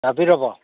ꯇꯥꯕꯤꯔꯕꯣ